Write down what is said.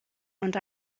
ond